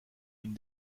une